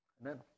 Amen